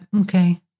Okay